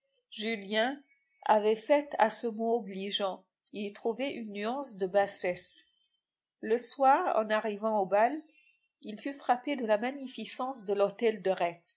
julien avait faite à ce mot obligeant il y trouvait une nuance de bassesse le soir en arrivant au bal il fut frappé de la magnificence de l'hôtel de retz